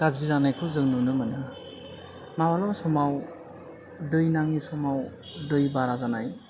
गाज्रि जानायखौ जों नुनो मोनो माब्लाबा समाव दै नाङै समाव दै बारा जानाय